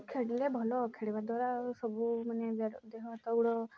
ଖେଳିଲେ ଭଲ ଖେଳିବା ଦ୍ୱାରା ଆଉ ସବୁ ମାନେ ଦେହ ହାତ ଗୋଡ଼